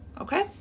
Okay